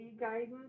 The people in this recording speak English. guidance